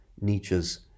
Nietzsche's